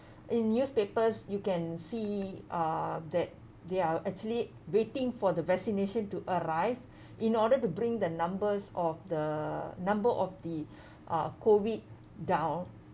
in newspapers you can see uh that they are actually waiting for the vaccination to arrive in order to bring the numbers of the number of the uh COVID down